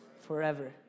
forever